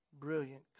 brilliant